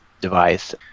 device